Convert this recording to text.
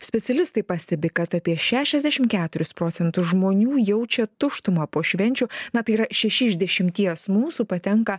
specialistai pastebi kad apie šešiasdešimt keturis procentus žmonių jaučia tuštumą po švenčių na tai yra šeši iš dešimties mūsų patenka